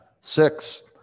six